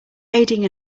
aiding